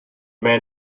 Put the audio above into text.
man